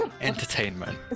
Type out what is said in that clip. entertainment